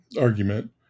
argument